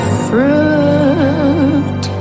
fruit